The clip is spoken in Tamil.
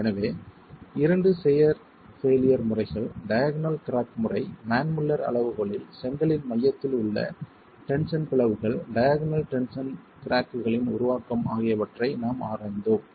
எனவே இரண்டு சியர் பெய்லியர் முறைகள் டயாக்னல் கிராக் முறை மான் முல்லர் அளவுகோலில் செங்கலின் மையத்தில் உள்ள டென்ஷன் பிளவுகள் டயாக்னல் டென்ஷன் கிராக்களின் உருவாக்கம் ஆகியவற்றை நாம் ஆராய்ந்தோம்